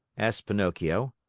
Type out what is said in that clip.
asked pinocchio.